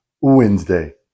Wednesday